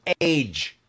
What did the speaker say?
age